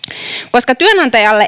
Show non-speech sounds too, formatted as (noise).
koska työnantajalle (unintelligible)